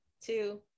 two